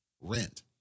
rent